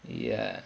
ya